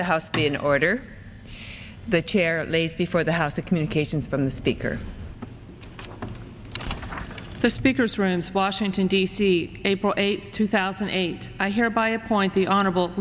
the house didn't order the chair lays before the house the communications from the speaker the speakers rooms washington d c april eighth two thousand and eight i hear by a point the honorable